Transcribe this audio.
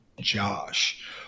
Josh